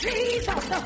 Jesus